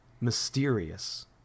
mysterious